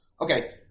Okay